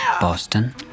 Boston